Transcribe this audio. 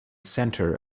centre